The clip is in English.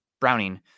Browning